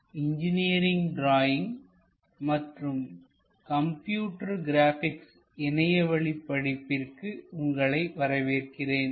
NPTEL லின் engineering drawing மற்றும் computer graphics இணையவழி படிப்பிற்கு உங்களை வரவேற்கிறேன்